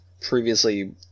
previously